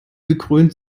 gekrönt